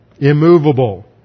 immovable